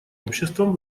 обществам